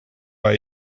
waar